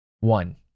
one